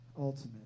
Ultimate